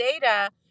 data